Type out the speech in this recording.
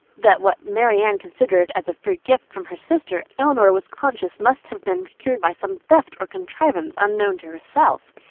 that what marianne considered as a free gift from her sister, elinor was conscious must have been procured by some theft or contrivance unknown to herself.